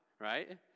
Right